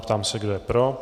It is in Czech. Ptám se, kdo je pro.